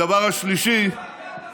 אתם לא